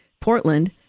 Portland